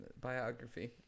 biography